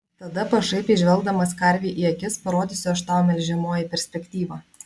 tada pašaipiai žvelgdamas karvei į akis parodysiu aš tau melžiamoji perspektyvą